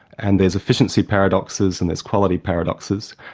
and there's efficiency paradoxes and there's quality paradoxes.